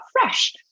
fresh